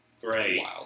great